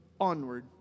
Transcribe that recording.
onward